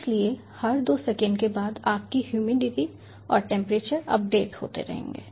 इसलिए हर दो सेकंड के बाद आपकी ह्यूमिडिटी और टेंपरेचर अपडेट होते रहेंगे